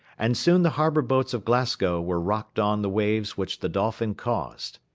and soon the harbour-boats of glasgow were rocked on the waves which the dolphin caused.